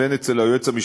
הנוהג הזה הוא לא מעשה,